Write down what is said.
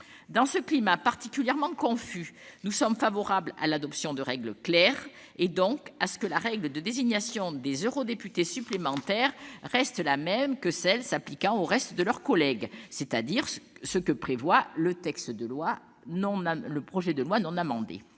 Dans ce climat particulièrement confus, nous sommes favorables à l'adoption de règles claires, et donc à ce que la règle de désignation des eurodéputés supplémentaire reste la même que celle s'appliquant au reste de leurs collègues- c'est ce que prévoit le projet de loi non amendé.